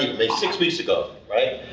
ah six weeks ago, right?